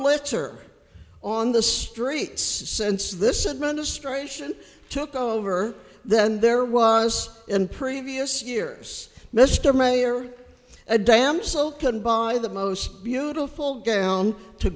litter on the streets since this administration took over then there was in previous years mr mayor a damsel can buy the most beautiful gown to